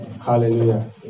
Hallelujah